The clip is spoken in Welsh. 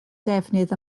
defnydd